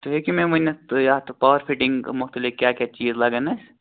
تُہۍ ہیٚکِو مےٚ ؤنِتھ تُہۍ یتھ پاوَر فٹِنٛگ مُتعلِق کیاہ کیاہ چیٖز لگن اَسہِ